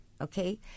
okay